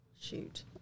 shoot